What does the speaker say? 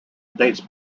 dates